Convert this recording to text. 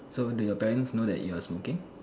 so do your parents know that you are smoking